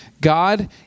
God